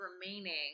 remaining